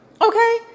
okay